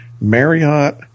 Marriott